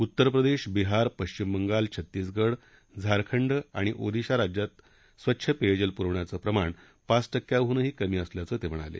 उत्तर प्रदेश बिहार पश्विम बंगाल छत्तीसगड झारखंड आणि ओदिशा राज्यात स्वच्छ पेयजल पुरविण्याचं प्रमाण पाच टक्क्याहूनही कमी असल्याचं ते म्हणाले